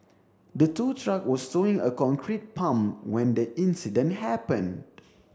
the tow truck was towing a concrete pump when the incident happened